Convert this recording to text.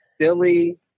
silly